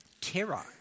terror